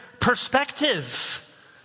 perspective